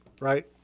right